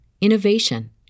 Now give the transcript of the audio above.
innovation